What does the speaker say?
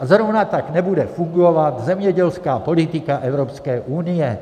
A zrovna tak nebude fungovat zemědělská politika Evropské unie.